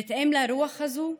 בהתאם לרוח הזאת,